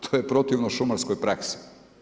To je protivno šumarskoj praksi.